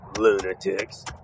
Lunatics